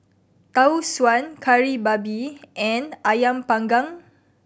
Tau Suan Kari Babi and Ayam Panggang